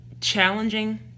challenging